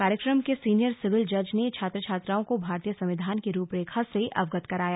कार्यक्रम के senior civil जज ने छात्र छात्राओं को भारतीय संविधान की रूप रेखा से अवगत कराया